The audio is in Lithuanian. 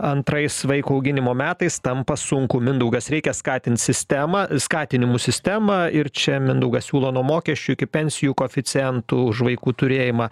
antrais vaiko auginimo metais tampa sunku mindaugas reikia skatint sistemą skatinimų sistemą ir čia mindaugas siūlo nuo mokesčių iki pensijų koeficientų už vaikų turėjimą